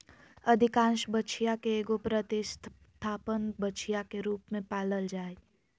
अधिकांश बछिया के एगो प्रतिस्थापन बछिया के रूप में पालल जा हइ